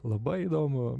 labai įdomų